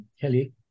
Kelly